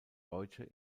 deutsche